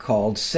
Called